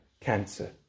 cancer